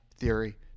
theory